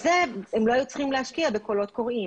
כאן לא היו צריכים להשקיע בקולות קוראים.